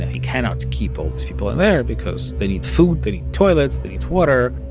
he cannot keep all these people in there because they need food, they need toilets, they need water.